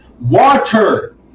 water